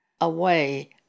away